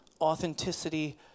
authenticity